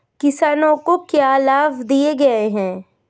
किसानों को क्या लाभ दिए गए हैं?